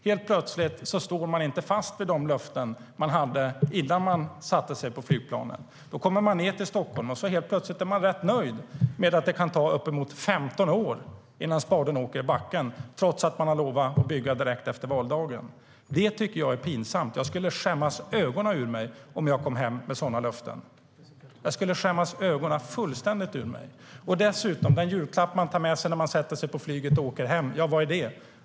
Helt plötsligt står ni inte fast vid de löften som ni hade innan ni satte er på flygplanet. Ni kommer ned till Stockholm och är helt plötsligt rätt nöjda med att det kan ta uppemot 15 år innan spaden åker i backen, trots att ni har lovat att bygga direkt efter valdagen. Det tycker jag är pinsamt. Jag skulle skämmas ögonen ur mig om jag kom hem efter att ha gett sådana löften. Jag skulle skämmas ögonen ur mig fullständigt. Och vad är det dessutom för julklapp som man tar med sig när man sätter sig på flyget och åker hem?